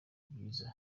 byiza